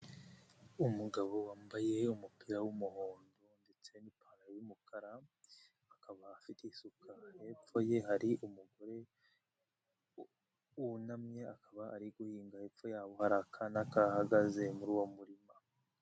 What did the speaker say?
Umugabo wambaye umupira w'umuhondo ndetse n'ipantaro yumukara, akaba afite isuka. Hepfo ye hari umugore wunamye ,akaba ari guhinga .Hepfo yabo hari akana kahagaze muri uwo murima.